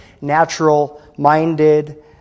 natural-minded